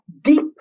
Deep